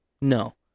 No